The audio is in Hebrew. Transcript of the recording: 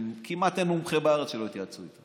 כמעט אין מומחה בארץ שלא התייעצו איתו,